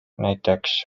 näiteks